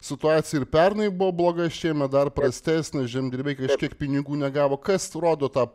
situacija ir pernai buvo bloga šiemet dar prastesnė žemdirbiai kažkiek pinigų negavo kas rodo tą